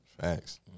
Facts